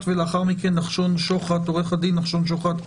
לאחר מכן נשמע את עורך הדין נחשון שוחט,